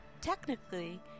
Technically